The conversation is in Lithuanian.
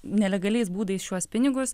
nelegaliais būdais šiuos pinigus